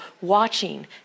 watching